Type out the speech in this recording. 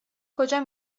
کجا